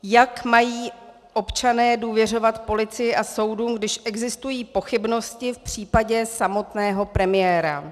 Jak mají občané důvěřovat policii a soudům, když existují pochybnosti v případě samotného premiéra?